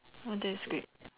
oh that's great